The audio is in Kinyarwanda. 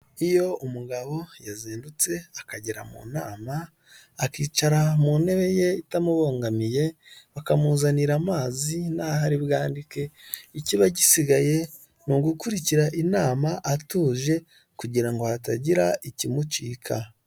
Iyo umugabo yazindutse akagera mu nama, akicara mu ntebe ye itamubomiye, bakamuzanira amazi naho ari bwandike, ikiba gisigaye ni ugukurikira inama atuje kugira ngo hatagira ikimucika.